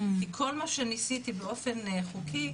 כי כל מה שניסיתי באופן חוקי,